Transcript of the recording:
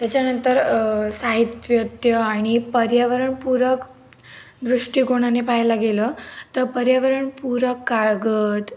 त्याच्यानंतर साहित्य त्य आणि पर्यावरणपूरक दृष्टिकोनाने पाहायला गेलं तर पर्यावरणपूरक कागद